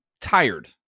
tired